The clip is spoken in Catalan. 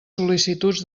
sol·licituds